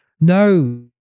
No